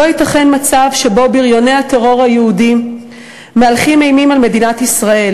לא ייתכן מצב שבו בריוני הטרור היהודי מהלכים אימים על מדינת ישראל,